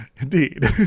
Indeed